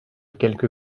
quelque